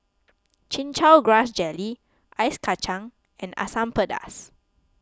Chin Chow Grass Jelly Ice Kachang and Asam Pedas